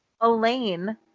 Elaine